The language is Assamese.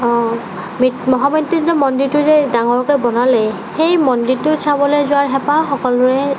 মহামৃত্যুঞ্জয় মন্দিৰটো যে ডাঙৰকৈ বনালে সেই মন্দিৰটো চাবলৈ যোৱাৰ হেঁপাহ সকলোৰে